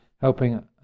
helping